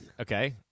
Okay